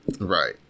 Right